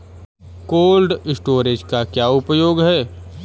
Cold storage का क्या उपयोग है?